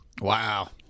wow